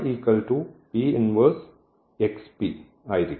കൂടാതെ ആയിരിക്കും